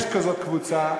יש כזאת קבוצה,